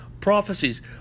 prophecies